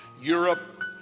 Europe